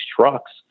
trucks